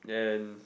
and